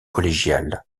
collégial